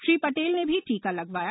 श्री पटेल ने भी टीका लगवाया